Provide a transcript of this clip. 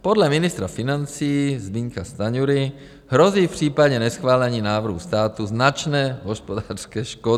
Podle ministra financí Zbyňka Stanjury hrozí v případě neschválení návrhu státu značné hospodářské škody.